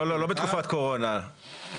לא, לא בתקופת קורונה.